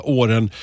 åren